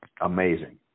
amazing